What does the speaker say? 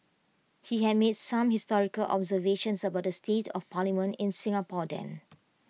he had made some historic observations about the state of parliament in Singapore then